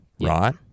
right